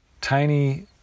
tiny